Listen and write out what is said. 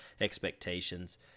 expectations